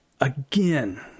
again